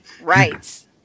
Right